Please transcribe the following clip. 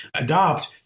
adopt